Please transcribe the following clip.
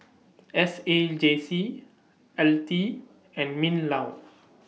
S A J C L T and MINLAW